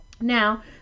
Now